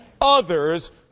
others